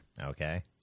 Okay